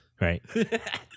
Right